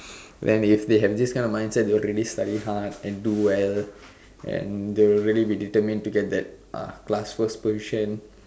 and if they have this kind of mindset they are going to be study hard and do well and they will really be determined to get class position